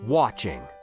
watching